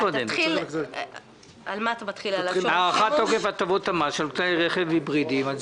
מתייחס להארכת תוקף הטבות המס של כלי רכב היברידיים.